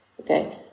Okay